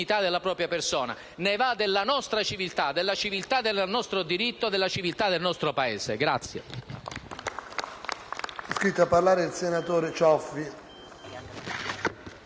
Ne va della nostra civiltà, della civiltà del nostro diritto e della civiltà del nostro Paese.